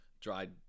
Dried